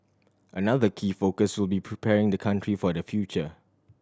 another key focus will be preparing the country for the future